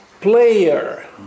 player